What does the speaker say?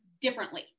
differently